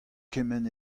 kement